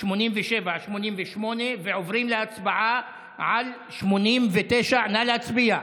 87, 88. עוברים להצבעה על 89. נא להצביע.